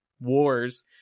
wars